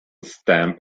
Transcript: stamp